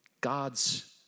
God's